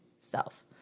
self